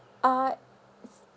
uh